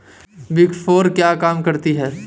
Big four क्या काम करती है?